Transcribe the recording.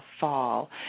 fall